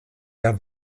der